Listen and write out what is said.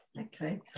Okay